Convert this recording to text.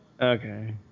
okay